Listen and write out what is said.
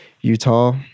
Utah